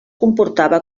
comportava